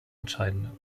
entscheidende